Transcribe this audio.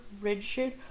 rigid